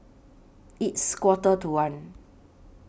its Quarter to one